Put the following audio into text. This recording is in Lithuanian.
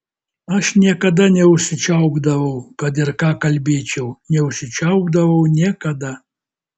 aš niekada neužsičiaupdavau kad ir ką kalbėčiau neužsičiaupdavau niekada